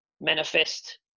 manifest